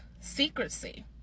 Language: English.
secrecy